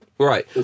Right